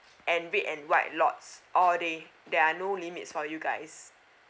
and red and white lots all day there are no limits for you guys